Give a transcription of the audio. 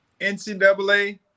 NCAA